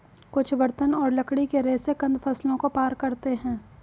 कुछ बर्तन और लकड़ी के रेशे कंद फसलों को पार करते है